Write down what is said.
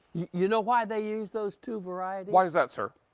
you know why they use those two varieties? why is that sir?